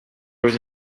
there